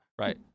Right